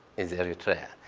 is eritrea.